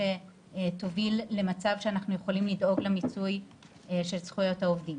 תוביל למצב שאנחנו יכולים לדאוג למיצוי של זכויות העובדים